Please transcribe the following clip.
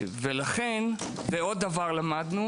עוד דבר למדנו